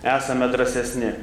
esame drąsesni